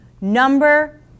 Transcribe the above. Number